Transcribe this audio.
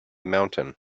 mountain